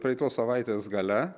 praeitos savaitės gale